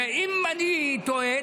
ואם אני טועה,